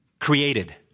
created